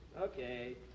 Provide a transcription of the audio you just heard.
Okay